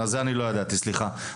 על זה לא ידעתי, סליחה.